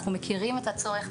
אנחנו מכירים את הצורך,